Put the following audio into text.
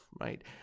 right